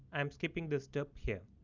i'm skipping this step here.